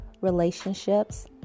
relationships